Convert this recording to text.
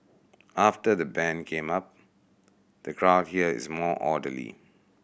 after the ban came up the crowd here is more orderly